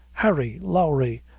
harry lowry!